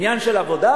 עניין של עבודה?